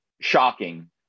shocking